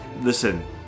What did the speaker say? listen